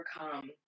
overcome